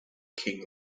king